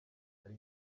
ari